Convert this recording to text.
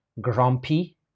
grumpy